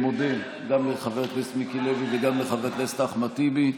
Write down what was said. אני מודה גם לחבר הכנסת מיקי לוי וגם לחבר הכנסת אחמד טיבי,